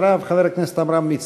אחריו, חבר הכנסת עמרם מצנע.